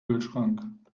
kühlschrank